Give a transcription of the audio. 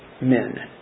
men